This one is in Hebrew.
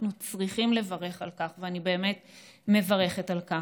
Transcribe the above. אנחנו צריכים לברך על כך, ואני באמת מברכת על כך.